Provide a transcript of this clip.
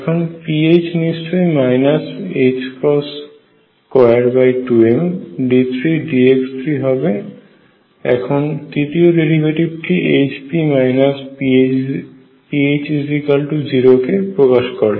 এখন pH নিশ্চয়ই 22md3dx3 হবে এখানে তৃতীয় ডেরিভেটিভটি Hp pH0 কে প্রকাশ করে